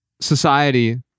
society